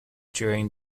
during